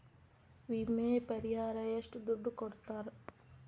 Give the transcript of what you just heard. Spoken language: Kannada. ವಿಮೆ ಪರಿಹಾರ ಎಷ್ಟ ದುಡ್ಡ ಕೊಡ್ತಾರ?